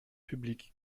publics